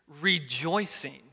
rejoicing